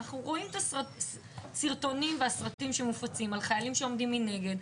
אנחנו רואים את הסרטונים והסרטים שמופצים על חיילים שעומדים מנגד.